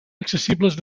accessibles